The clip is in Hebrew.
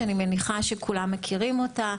שאני מניחה שכולם מכירים אותה,